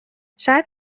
شاید